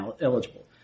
eligible